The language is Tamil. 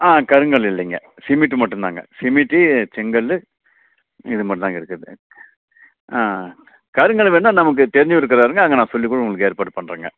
ஆ கருங்கல் இல்லைங்க சிமிண்ட் மட்டும்தாங்க சிமிண்ட்டு செங்கல் இதமாதிரிதாங்க இருக்குது ஆ கருங்கல் வந்து நமக்கு தெரிஞ்சவர் இருக்கறாருங்க அங்கே நான் சொல்லிக்கூடம் உங்களுக்கு ஏற்பாடு பண்ணுறேங்க